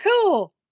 cool